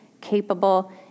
Capable